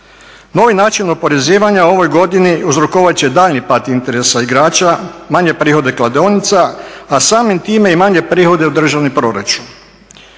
Novi način oporezivanja u ovoj godini uzrokovat će daljnji pad interesa igrača, manje prihode kladionica, a samim time i manje prihode u državni proračun.